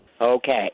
Okay